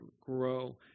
grow